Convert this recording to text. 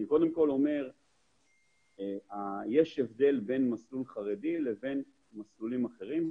אני קודם אומר שיש הבדל בין מסלול חרדי לבין מסלולים אחרים.